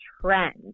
trend